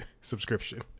subscription